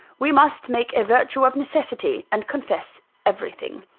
we must make a virtue of necessity, and confess everything.